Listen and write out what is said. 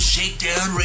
Shakedown